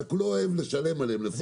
רק הוא לא אוהב לשלם עליהן.